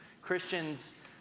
Christians